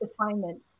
assignment